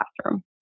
classroom